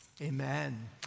amen